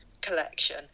collection